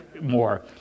more